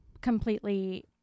completely